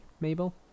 Mabel